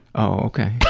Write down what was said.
oh, ok.